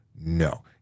No